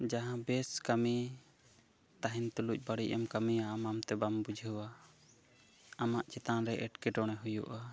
ᱡᱟᱦᱟᱸ ᱵᱮᱥ ᱠᱟᱹᱢᱤ ᱛᱟᱦᱮᱱ ᱛᱩᱞᱩᱡ ᱵᱟᱹᱲᱤᱡ ᱮᱢ ᱠᱟᱹᱢᱤᱭᱟ ᱟᱢ ᱟᱢᱛᱮ ᱵᱟᱢ ᱵᱩᱡᱷᱟᱹᱣᱟ ᱟᱢᱟᱜ ᱪᱮᱛᱟᱱ ᱨᱮ ᱮᱴᱠᱮᱴᱚᱲᱮ ᱦᱩᱭᱩᱜᱼᱟ